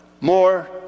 more